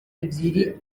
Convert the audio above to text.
ebyiri